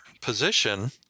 position